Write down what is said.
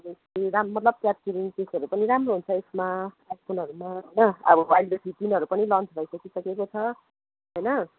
राम्रो मतलब राम्रो हुन्छ यसमा आइफोनहरूमा अब अहिले त फिफ्टिनहरू पनि लन्च भइसकेको छ होइन